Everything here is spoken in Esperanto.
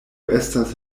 estas